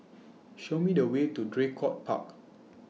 Show Me The Way to Draycott Park